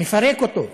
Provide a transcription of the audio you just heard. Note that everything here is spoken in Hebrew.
מפרק אותו.